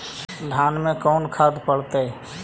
धान मे कोन खाद पड़तै?